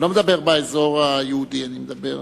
אני לא מדבר באזור היהודי, אני מדבר,